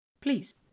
Please